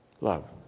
love